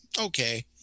okay